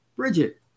Bridget